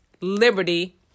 liberty